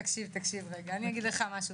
תקשיב, אם כבר פתחת קפיטציה, אני אגיד לך משהו.